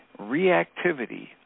reactivity